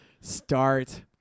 start